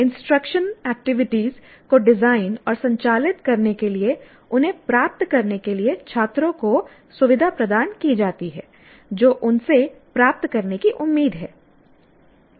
instruction activities को design और संचालित करने के लिए उन्हें प्राप्त करने के लिए छात्रों को सुविधा प्रदान की जाती है जो उनसे प्राप्त करने की उम्मीद है